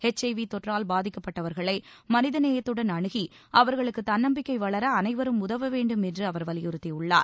HIV தொற்றால் பாதிக்கப்பட்டவர்களை மனிதநேயத்துடன் அணுகி அவர்களுக்கு தன்னம்பிக்கை வளர அனைவரும் உதவ வேண்டும் என்று அவர் வலியுறுத்தியுள்ளார்